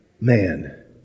man